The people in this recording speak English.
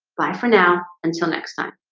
bye for now until next time.